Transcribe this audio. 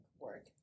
work